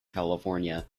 california